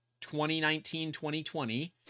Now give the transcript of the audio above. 2019-2020